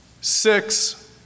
six